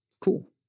Cool